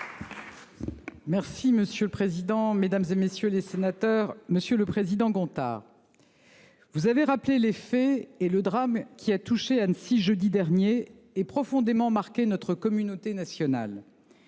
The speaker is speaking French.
Merci monsieur le président, Mesdames, et messieurs les sénateurs, Monsieur le président Gontard. Vous avez rappelé les faits et le drame qui a touché Annecy jeudi dernier et profondément marqué notre communauté nationale.